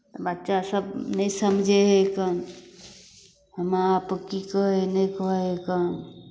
बच्चासभ नहि समझै हइ कन माँ बाप की कहै हइ नहि कहै हइ कन